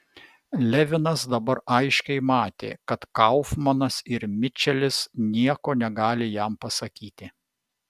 levinas dabar aiškiai matė kad kaufmanas ir mičelis nieko negali jam pasakyti